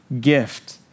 gift